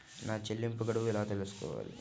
నా చెల్లింపు గడువు ఎలా తెలుసుకోవాలి?